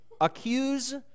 accuse